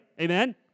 Amen